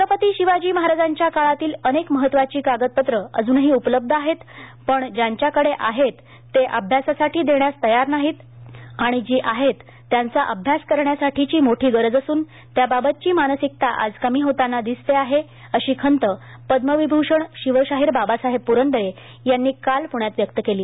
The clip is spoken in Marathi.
छत्रपती शिवाजी महाराजांच्या काळातील अनेक महत्वाची कागदपत्रे अज्रनही उपलब्ध आहेत पण ज्याच्याकडे आहेत ते अभ्यासासाठी देण्यास तयार नाही आणि जी आहेत त्याचा अभ्यास करण्यासाठीची मोठी गरज असून त्याबाबतची मानसिकता आज कमी होताना दिसते आहे अशी खंत पद्मविभूषण शिवशाहीर बाबासाहेब पुरंदरे यांनी काल पुण्यात व्यक्त केली